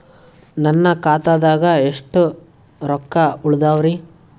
ನನ್ನ ಖಾತಾದಾಗ ಎಷ್ಟ ರೊಕ್ಕ ಉಳದಾವರಿ?